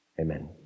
Amen